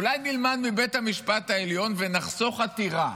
אולי נלמד מבית המשפט העליון ונחסוך עתירה.